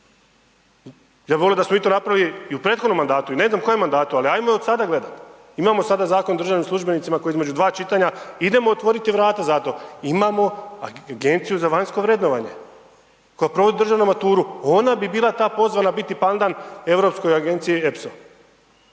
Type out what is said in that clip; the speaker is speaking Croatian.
Ja bi volio da smo mi to napravili i u prethodnom mandatu i ne znam kojem mandatu, ali ajmo od sada gledat, imamo sada Zakon o državnim službenicima koji između dva čitanja, idemo otvoriti vrata za to, imamo Agenciju za vanjsko vrednovanje koja provodi državnu maturu, ona bi bila ta pozvana biti pandan Europskoj agenciji Epso,